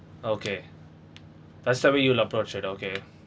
okay that's how you'll approach it okay